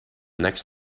next